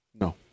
No